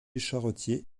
charretier